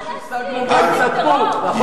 את מה שהשגנו בהתנתקות,